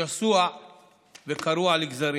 שסוע וקרוע לגזרים.